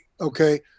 okay